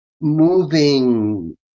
moving